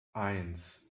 eins